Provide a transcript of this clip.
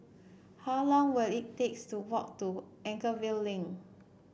how long will it takes to walk to Anchorvale Link